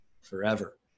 forever